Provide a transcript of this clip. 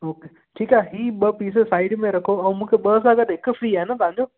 okay ठीकु आहे हीअ ॿ पीस साइड में रखो ऐं मूंखे ॿ सां गॾु हिक फ़्री आहे न तव्हांजो